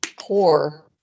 poor